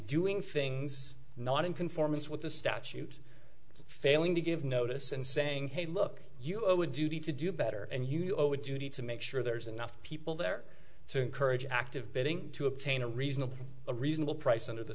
doing things not in conformance with the statute failing to give notice and saying hey look you owe a duty to do better and you owe a duty to make sure there's enough people there to encourage active bidding to obtain a reasonable a reasonable price under the